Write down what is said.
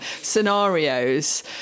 scenarios